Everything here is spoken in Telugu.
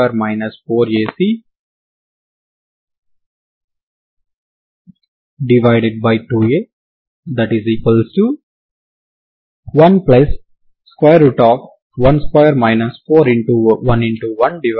ఇక్కడ సరిహద్దు లేదు మరియు ఇక్కడ మొత్తం సరిహద్దు ఉంది మరియు ఇది t కాబట్టి ఇది ప్రారంభ సమాచారం కలిగిన సమస్య అవుతుంది